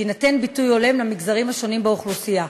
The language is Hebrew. שיינתן ביטוי הולם למגזרים השונים באוכלוסייה,